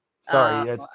Sorry